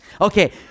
Okay